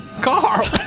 Carl